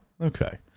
okay